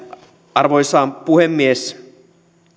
arvoisa puhemies